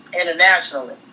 Internationally